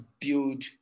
build